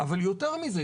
אבל יותר מזה,